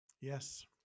Yes